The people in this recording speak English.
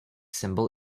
symbol